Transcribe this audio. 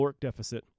deficit